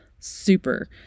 super